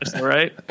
right